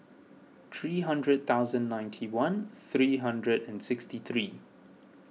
three hundred thousand ninety one three hundred and sixty three